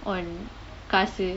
on காசு:kaasu